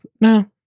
no